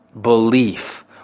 belief